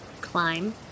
climb